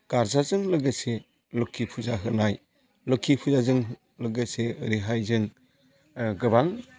गारजाजों लोगोसे लोखि फुजा होनाय लोखि फुजाजों लोगोसे ओरैहाय जों गोबां